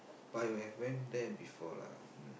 but you have went there before lah